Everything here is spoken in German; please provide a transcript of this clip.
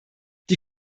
die